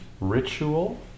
ritual